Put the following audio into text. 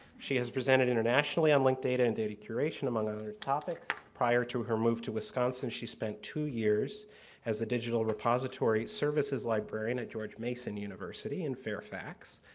she has presented internationally on linked data and data curation, among other topics. prior to her move to wisconsin, she spent two years as a digital repository services librarian at george mason university in fairfax.